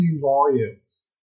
volumes